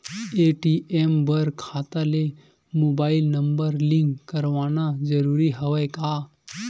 ATM बर खाता ले मुबाइल नम्बर लिंक करवाना ज़रूरी हवय का?